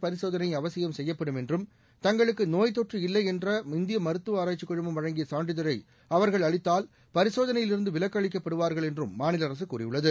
பரிசோதனை அவசியம் செய்யப்படும் என்றும் தஙகளுக்கு நோய்த்தொற்று இல்லை என்ற இந்திய மருத்துவ ஆராய்ச்சிக் குழுமம் வழங்கிய சான்றிதழை அவர்கள் அளித்தால் பரிசோதனையில் இருந்து விலக்கு அளிக்கப்படுவாா்கள் என்றும் மாநில அரசு கூறியுள்ளது